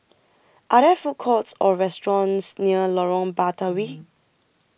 Are There Food Courts Or restaurants near Lorong Batawi